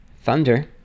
thunder